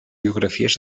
biografies